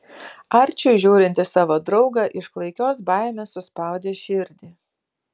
arčiui žiūrint į savo draugą iš klaikios baimės suspaudė širdį